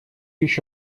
еще